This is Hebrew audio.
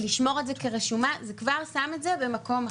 לשמור את זה כרשומה זה כבר שם את זה במקום אחר.